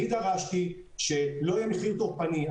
אני דרשתי שלא יהיה מחיר טורפני.